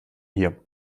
hier